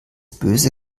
böse